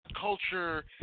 culture